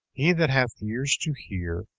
he that hath ears to hear,